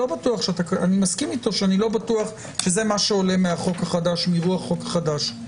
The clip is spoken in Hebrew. אני מסכים אתו שאני לא בטוח שזה מה שעולה מרוח החוק החדש.